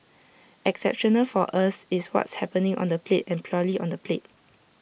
exceptional for us is what's happening on the plate and purely on the plate